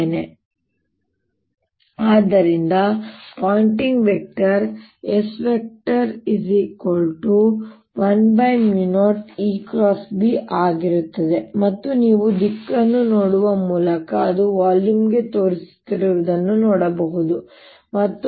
B0I2πa ಆದ್ದರಿಂದ Poynting vector S10EB ಆಗಿರುತ್ತದೆ ಮತ್ತು ನೀವು ದಿಕ್ಕನ್ನು ನೋಡುವ ಮೂಲಕ ಅದು ವಾಲ್ಯೂಮ್ಗೆ ತೋರಿಸುತ್ತಿರುವುದನ್ನು ನೀವು ನೋಡಬಹುದು ಮತ್ತು ಅದರ ಮೌಲ್ಯವು 10ρIa20I2πa